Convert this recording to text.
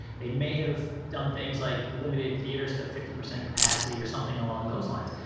they may have done things like limited theaters to fifty percent capacity or something along those lines,